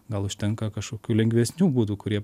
gal užtenka kažkokių lengvesnių būdų kurie